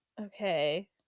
okay